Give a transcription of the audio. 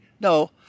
No